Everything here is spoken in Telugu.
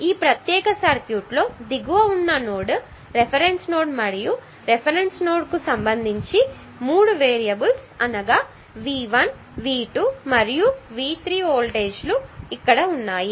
ఈ ప్రత్యేక సర్క్యూట్ లో దిగువన ఉన్న నోడ్ రిఫరెన్స్ నోడ్ మరియు రిఫరెన్స్ నోడ్కు సంబంధించి మూడు వేరియబుల్స్ అనగా V1 V2 మరియు V3 వోల్టేజీలు ఇక్కడ ఉన్నాయి